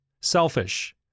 selfish